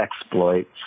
exploits